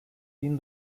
bin